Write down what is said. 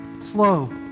slow